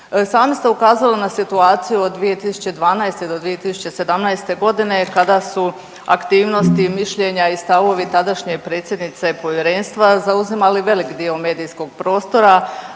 Sami ste ukazali na situaciju od 2012. do 2017. godine kada su aktivnosti, mišljenja i stavovi tadašnje predsjednice povjerenstva zauzimali velik dio medijskog prostora.